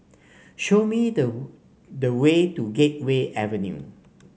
show me the the way to Gateway Avenue